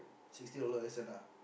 sixty dollar lesson lah